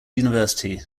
university